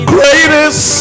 Greatest